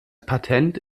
patent